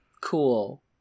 Cool